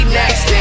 next